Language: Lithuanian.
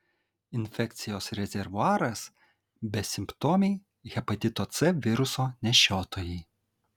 infekcijos rezervuaras besimptomiai hepatito c viruso nešiotojai